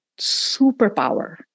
superpower